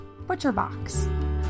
ButcherBox